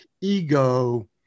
ego